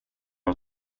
och